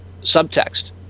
subtext